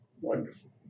wonderful